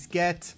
get